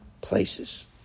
places